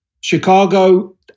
Chicago